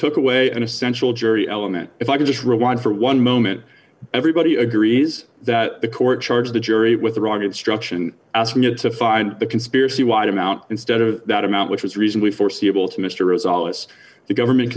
took away an essential jury element if i could just rewind for one moment everybody agrees that the court charged the jury with the wrong instruction asking you to find the conspiracy wide amount instead of that amount which was reasonably foreseeable to mr us all as the government